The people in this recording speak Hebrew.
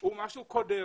זה משהו קודר